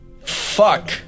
Fuck